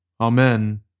Amen